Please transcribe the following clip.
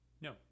No